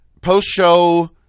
Post-show